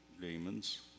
demons